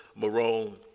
Marone